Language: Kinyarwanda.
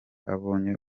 abonye